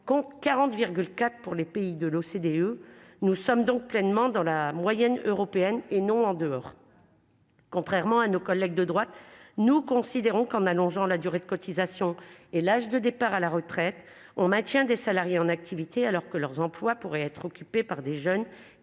contre 40,4 heures pour les pays de l'OCDE. Nous sommes donc pleinement dans la moyenne européenne, et non en dehors ! Contrairement à nos collègues de droite, nous considérons qu'en allongeant la durée de cotisation et en repoussant l'âge de départ à la retraite, on maintient des salariés en activité alors que leurs emplois pourraient être occupés par des jeunes